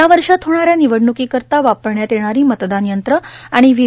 या वर्षात होणाऱ्या निवडण्कीकरिता वापरण्यात येणारी मतदान यंत्रे आणि व्ही